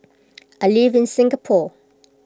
I live in Singapore